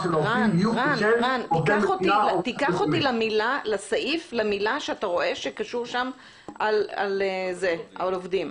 -- קח אותי למילה שאתה רואה שכתוב שם על עובדים.